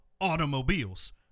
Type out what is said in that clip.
automobiles